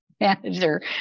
manager